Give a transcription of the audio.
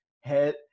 head